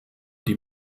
die